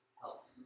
help